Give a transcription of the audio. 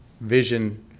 vision